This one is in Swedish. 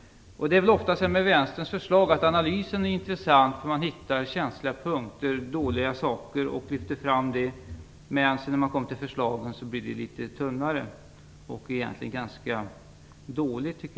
Det är väl ofta så med Vänsterns förslag att analysen är intressant. Man hittar känsliga punkter och svagheter, men när man kommer till förslagen blir det litet tunnare och egentligen ganska dåligt.